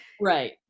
right